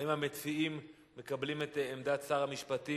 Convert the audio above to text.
האם המציעים מקבלים את עמדת שר המשפטים,